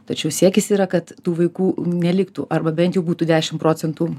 tačiau siekis yra kad tų vaikų neliktų arba bent jau būtų dešim procentų